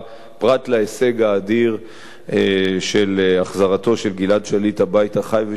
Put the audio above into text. פרט להישג האדיר של החזרתו של גלעד שליט הביתה חי ושלם,